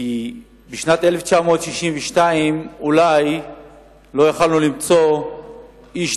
בשנת 1962 אולי לא יכולנו למצוא איש